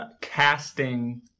casting